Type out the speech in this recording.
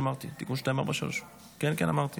אדוני היושב-ראש, חברי הכנסת,